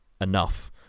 enough